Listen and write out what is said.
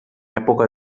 època